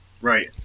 Right